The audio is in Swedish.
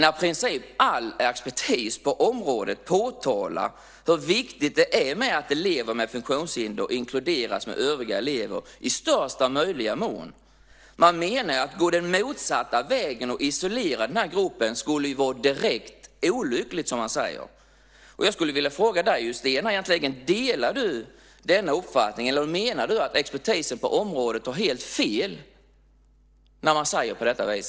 I princip all expertis på området påtalar hur viktigt det är att elever med funktionshinder inkluderas med övriga elever i största möjliga mån. Man menar att det skulle vara direkt olyckligt att gå den motsatta vägen och isolera den här gruppen. Jag skulle vilja fråga dig, Sten, om du delar denna uppfattning. Eller menar du att expertisen på området har helt fel när man säger på detta vis?